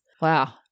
Wow